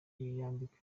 yambikwa